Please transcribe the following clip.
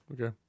Okay